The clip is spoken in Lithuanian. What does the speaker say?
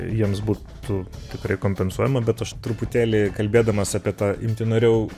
jiems būtų tikrai kompensuojama bet aš truputėlį kalbėdamas apie tą imtį norėjau